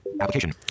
Application